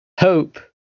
hope